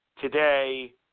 today